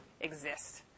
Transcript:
exist